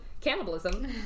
cannibalism